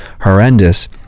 horrendous